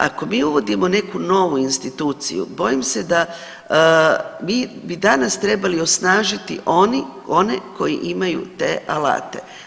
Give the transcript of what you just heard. Ako mi uvodimo neku novu instituciju bojim se da mi bi danas trebali osnažiti one koji imaju te alate.